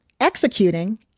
executing